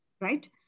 right